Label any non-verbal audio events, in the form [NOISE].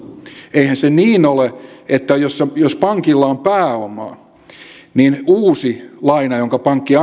eihän se niin ole että jos pankilla on pääomaa niin uusi laina jonka pankki [UNINTELLIGIBLE]